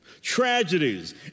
tragedies